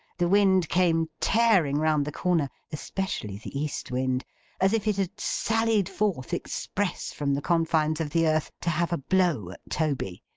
the wind came tearing round the corner especially the east wind as if it had sallied forth, express, from the confines of the earth, to have a blow at toby.